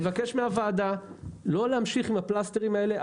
אני מבקש מהוועדה לא להמשיך עם הפלסטרים האלה.